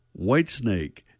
Whitesnake